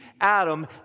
Adam